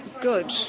good